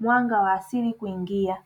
mwanga wa asili kuingia.